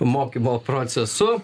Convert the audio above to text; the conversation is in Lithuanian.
mokymo procesu